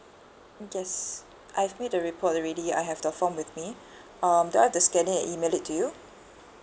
yes I've made a report already I have the form with me um do I have to scan it and email it to you